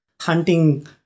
hunting